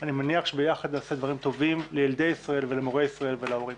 אני מניח שביחד נעשה דברים טובים לילדי ישראל ולמורי ישראל ולהורים.